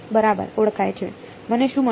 બરાબર ઓળખાય છે મને શું મળ્યું